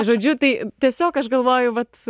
žodžiu tai tiesiog aš galvoju vat